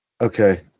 okay